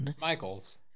Michael's